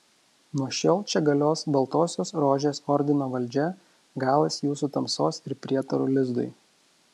nuo šiol čia galios baltosios rožės ordino valdžia galas jūsų tamsos ir prietarų lizdui